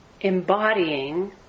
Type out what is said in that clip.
embodying